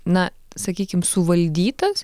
na sakykim suvaldytas